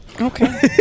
Okay